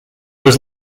was